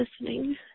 listening